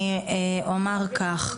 אומר כך: